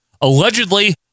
Allegedly